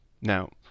Now